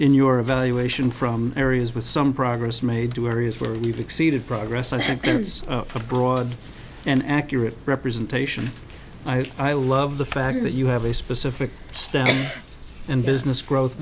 in your evaluation from areas with some progress made to areas where we've exceeded progress i think there is a broad and accurate representation i i love the fact that you have a specific stance and business growth